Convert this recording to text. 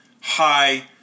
hi